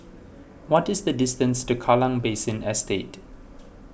what is the distance to Kallang Basin Estate